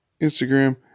Instagram